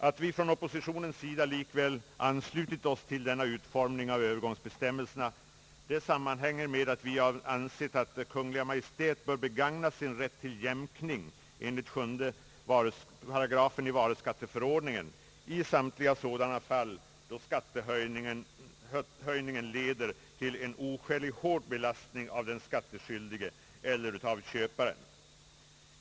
Att vi från oppositionens sida likväl kunnat ansluta oss till denna utformning av övergångsbestämmelserna, sammanhänger med att vi ansett att Kungl. Maj:t bör begagna sin rätt till jämkning enligt 7 § varuskatteförordningen i samtliga sådana fall, då skattehöjningen leder till en oskäligt hård belastning av den skattskyldige eller köparen.